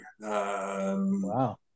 Wow